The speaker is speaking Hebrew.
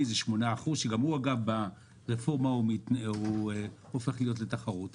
זה 8 אחוזים שגם הוא ברפורמה הופך להיות לתחרותי